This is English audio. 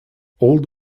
old